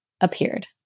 appeared